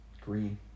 Green